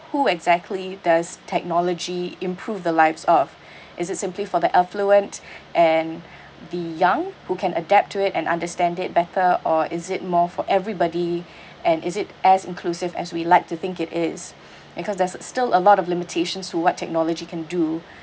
who exactly does technology improve the lives of is it simply for the affluent and the young who can adapt to it and understand it better or is it more for everybody and is it as inclusive as we like to think it is because there's still a lot of limitations to what technology can do